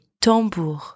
tambour